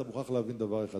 אתה מוכרח להבין דבר אחד,